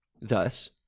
Thus